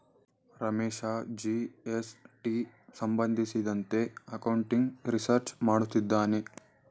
Ramesh GST ಸಂಬಂಧಿಸಿದಂತೆ accounting research ಮಾಡುತ್ತಿದ್ದಾನೆ